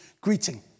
greeting